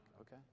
Okay